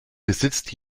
besitzt